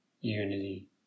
Unity